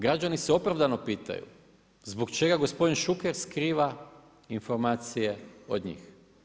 Građani se opravdano pitaju, zbog čega gospodin Šuker skriva informacije od njih.